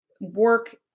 work